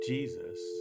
Jesus